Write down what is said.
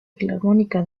filarmónica